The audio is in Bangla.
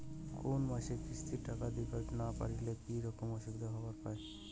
কোনো মাসে কিস্তির টাকা দিবার না পারিলে কি রকম অসুবিধা হবার পায়?